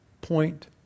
point